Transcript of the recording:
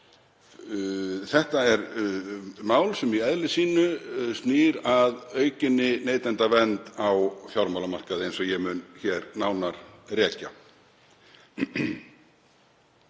Þetta er mál sem í eðli sínu snýr að aukinni neytendavernd á fjármálamarkaði eins og ég mun hér nánar rekja.